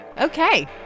Okay